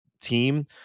team